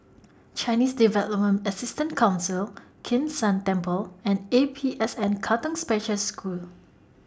Chinese Development Assistance Council Kim San Temple and A P S N Katong Special School